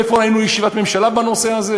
איפה ראינו ישיבת ממשלה בנושא הזה?